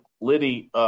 Liddy